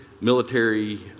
military